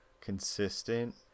consistent